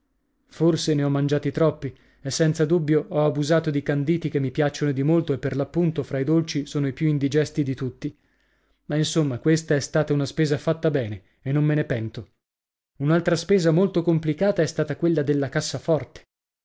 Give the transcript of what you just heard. forse ne ho mangiati troppi e senza dubbio ho abusato di canditi che mi piacciono di molto e per l'appunto fra i dolci sono i più indigesti di tutti ma insomma questa è stata una spesa fatta bene e non me ne pento un'altra spesa molto complicata è stata quella della cassaforte